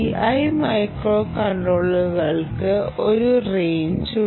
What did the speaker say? Ti മൈക്രോകൺട്രോളറുകൾക്ക് ഒരു range ഉണ്ട്